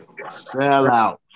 Sellout